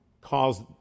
caused